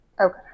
Okay